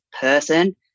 person